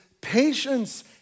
patience